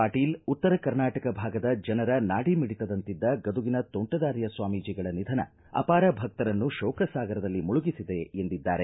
ಪಾಟೀಲ್ ಉತ್ತರ ಕರ್ನಾಟಕ ಭಾಗದ ಜನರ ನಾಡಿಮಿಡಿತದಂತಿದ್ದ ಗದುಗಿನ ತೋಂಟದಾರ್ಯ ಸ್ವಾಮೀಜಿಗಳ ನಿಧನ ಅಪಾರ ಭಕ್ತರನ್ನು ತೋಕಸಾಗರದಲ್ಲಿ ಮುಳುಗಿಸಿದೆ ಎಂದಿದ್ದಾರೆ